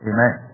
Amen